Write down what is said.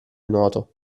nuoto